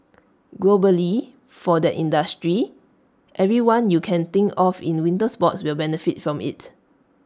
globally for that industry everyone you can think of in the winter sports will benefit from IT